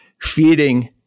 feeding